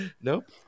Nope